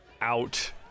Out